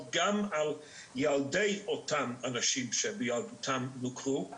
על ילדי אותן אנשים שבילדותם עברו ניכור.